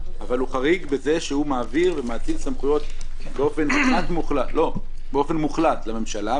אבל הוא חריג בזה שהוא מעביר ומאציל סמכויות באופן מוחלט לממשלה,